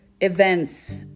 events